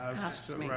half sming.